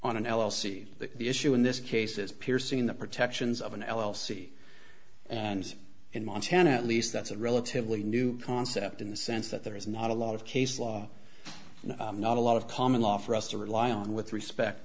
on an l l c the issue in this case is piercing the protections of an l l c and in montana at least that's a relatively new concept in the sense that there is not a lot of case law not a lot of common law for us to rely on with respect